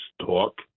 talk